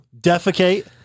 Defecate